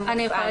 אני יכולה